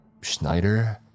Schneider